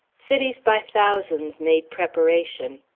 cities by thousands made preparation.